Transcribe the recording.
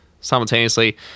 simultaneously